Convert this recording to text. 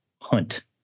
Hunt